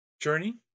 Journey